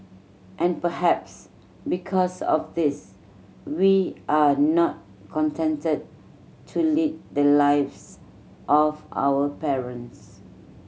and perhaps because of this we are not contented to lead the lives of our parents